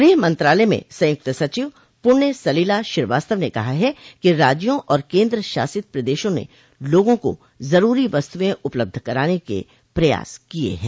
गृह मंत्रालय में संयुक्त सचिव पुण्य सलिला श्रीवास्तव ने कहा है कि राज्यों और केन्द्रशासित प्रदेशों ने लोगों को जरूरी वस्तुएं उपलब्ध कराने के प्रयास किये हैं